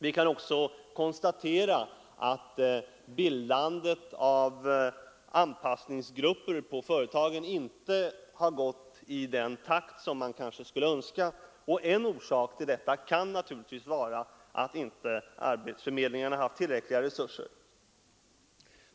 Vi kan vidare konstatera att bildandet av anpassningsgrupper på företagen inte har gått i den takt som man kanske skulle ha önskat, och en orsak till detta kan naturligtvis vara att inte arbetsförmedlingarna har haft tillräckliga resurser.